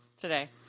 Today